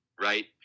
right